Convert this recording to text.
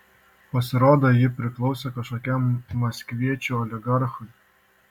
pasirodo ji priklausė kažkokiam maskviečiui oligarchui